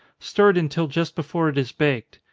stir it until just before it is baked.